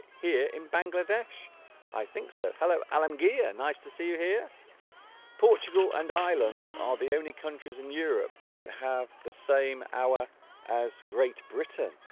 here in bangladesh i think so hello alamgir nice to see you here portugal and island are the only countries in europe that have the same hour as great britain